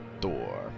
Thor